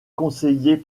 conseillers